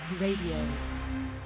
RADIO